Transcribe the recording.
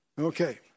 Okay